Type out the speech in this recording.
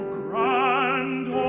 grand